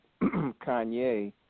Kanye